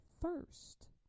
first